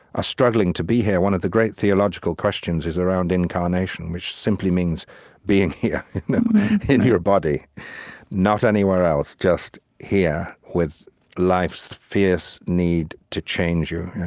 ah struggling to be here. one of the great theological questions is around incarnation, which simply means being here in your body not anywhere else, just here with life's fierce need to change you